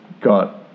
got